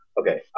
Okay